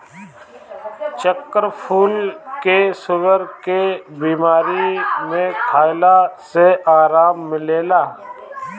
चक्रफूल के शुगर के बीमारी में खइला से आराम मिलेला